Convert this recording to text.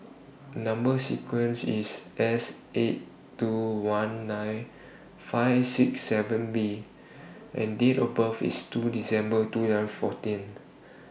Number sequence IS S eight two one nine five six seven B and Date of birth IS two December two and fourteen